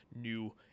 new